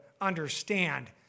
understand